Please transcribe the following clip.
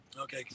Okay